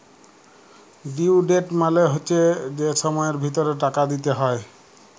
due date মালে হচ্যে যে সময়ের ভিতরে টাকা দিতে হ্যয়